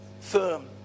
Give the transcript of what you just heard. firm